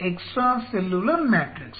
extra cellular matrix